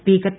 speaker P